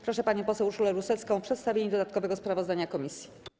Proszę panią poseł Urszulę Rusecką o przedstawienie dodatkowego sprawozdania komisji.